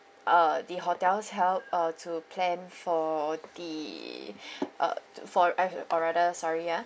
uh the hotel's help uh to plan for the uh for or rather sorry ya